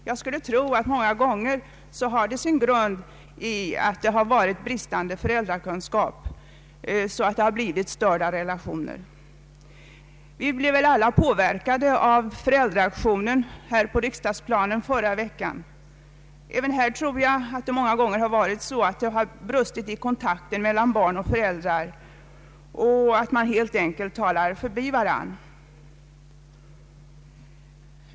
Jag skulle tro att det många gånger har sin grund i bristande föräldrakunskap med störda relationer till barnen som följd. Vi blev väl alla påverkade av föräldraaktionen på riksdagsplanen förra veckan. Även i den frågan tror jag att det har brustit i kontakten mellan barn och föräldrar och att man helt enkelt talar förbi varandra.